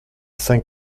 saint